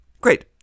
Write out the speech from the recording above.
Great